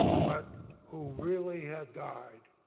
but who really had died